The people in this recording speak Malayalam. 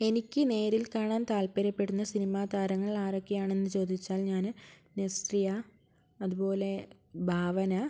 എനിക്ക് നേരിൽ കാണാൻ താൽപര്യപ്പെടുന്ന സിനിമ താരങ്ങൾ ആരൊക്കെയാണെന്ന് ചോദിച്ചാൽ ഞാൻ നസ്രിയ അതുപോലേ ഭാവന